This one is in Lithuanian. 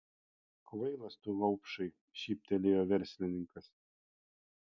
kvailas tu vaupšai šyptelėjo verslininkas